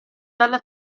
dalla